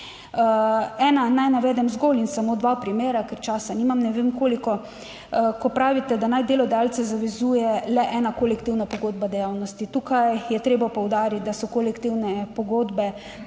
Ena, naj navedem zgolj in samo dva primera, ker časa nimam ne vem koliko. Ko pravite, da naj delodajalce zavezuje le ena kolektivna pogodba dejavnosti, tukaj je treba poudariti, da so, kolektivne pogodbe